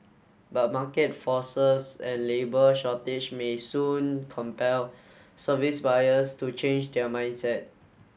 but market forces and labour shortage may soon compel service buyers to change their mindset